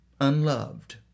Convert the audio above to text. unloved